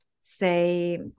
say